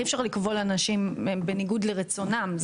אי אפשר לכבול אנשים בניגוד לרצונם,